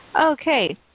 Okay